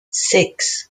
six